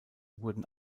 wurden